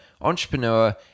entrepreneur